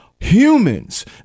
Humans